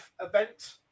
event